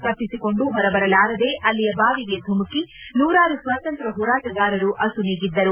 ತಪ್ಪಿಸಿಕೊಂಡು ಹೊರಬರಲಾರದೆ ಅಲ್ಲಿಯ ಬಾವಿಗೆ ಧುಮುಕಿ ನೂರಾರು ಸ್ವಾತಂತ್ರ್ಯ ಹೋರಾಟಗಾರರು ಅಸು ನೀಗಿದ್ದರು